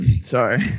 Sorry